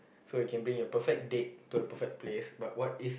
so you can bring your perfect date to the perfect place but what is